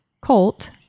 Colt